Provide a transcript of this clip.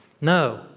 No